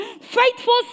faithful